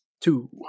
Two